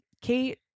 kate